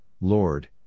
Lord